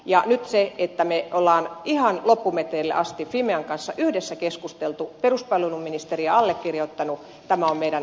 ja nyt me olemme ihan loppumetreille asti fimean kanssa yhdessä keskustelleet peruspalveluministeri ja allekirjoittanut tämä on meidän yhteinen tahtomme